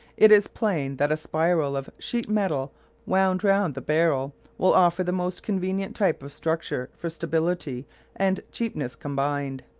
it is plain that a spiral of sheet-metal wound round the barrel will offer the most convenient type of structure for stability and cheapness combined.